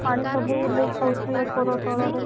ପାଣି ସବୁ ଲିକ୍ ହେଉଛି ଉପର ତଳରେ